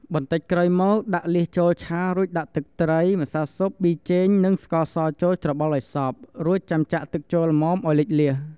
បន្តិចក្រោយមកដាក់លៀសចូលឆា រួចដាក់ទឹកត្រី ម្សៅស៊ុប ប៊ីចេង និងស្ករសចូលច្របល់ឱ្យសព្វ រួចចាំចាក់ទឹកចូលល្មមអោយលិចលៀស។